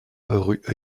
rue